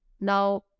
Now